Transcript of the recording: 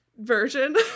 version